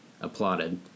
applauded